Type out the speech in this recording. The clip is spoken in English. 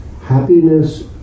happiness